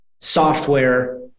software